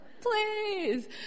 please